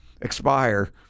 expire